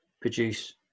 produce